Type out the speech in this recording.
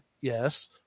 yes